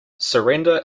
surrender